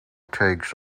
takes